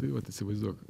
tai vat įsivaizduok